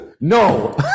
No